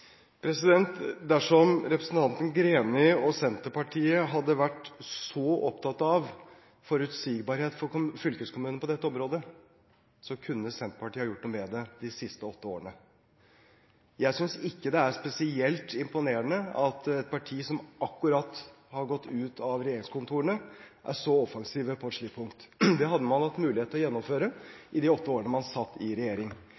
opptatt av forutsigbarhet for fylkeskommunen på dette området, kunne Senterpartiet ha gjort noe med det de siste åtte årene. Jeg synes ikke det er spesielt imponerende at et parti som akkurat har gått ut av regjeringskontorene, er så offensive på et slikt punkt. Det hadde man hatt mulighet til å gjennomføre i de åtte årene man satt i regjering.